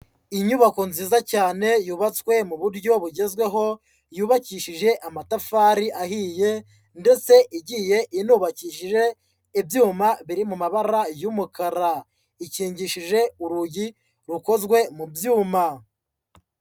Inyubako nziza cyane yubatswe mu buryo bugezweho, yubakishije amatafari ahiye ndetse igiye inubakishije ibyuma biri mu mabara y'umukara. Ikingishije urugi rukozwe mu byuma.